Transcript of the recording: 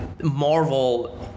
Marvel